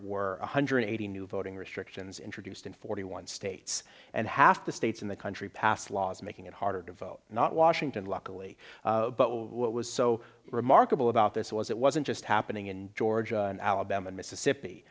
were one hundred eighty new voting restrictions introduced in forty one states and half the states in the country passed laws making it harder to vote not washington luckily but what was so remarkable about this was it wasn't just happening in georgia and alabama mississippi